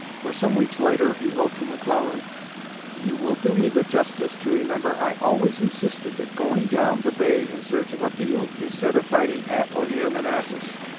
for some weeks later he wrote to mcclellan you will do me the justice to remember i always insisted that going down the bay in search of a field, instead of fighting at or near manassas,